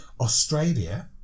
Australia